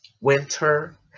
winter